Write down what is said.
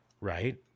right